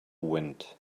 wind